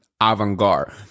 avant-garde